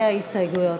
עלינו.